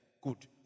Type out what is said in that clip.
Good